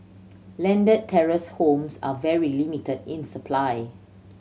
landed terrace homes are very limited in supply